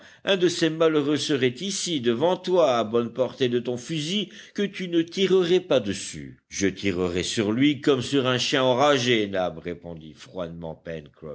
un de ces malheureux serait ici devant toi à bonne portée de ton fusil que tu ne tirerais pas dessus je tirerais sur lui comme sur un chien enragé nab répondit froidement